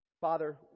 Father